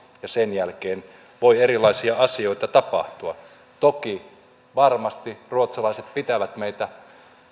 ja sen jälkeen voi erilaisia asioita tapahtua toki varmasti ruotsalaiset pitävät meitä